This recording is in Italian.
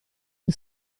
che